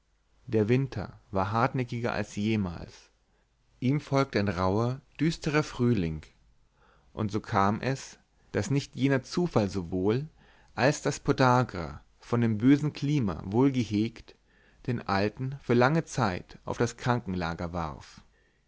der winter war hartnäckiger als jemals ihm folgte ein rauher düsterer frühling und so kam es daß nicht jener zufall sowohl als das podagra von dem bösen klima wohl gehegt den alten für lange zeit auf das krankenlager warf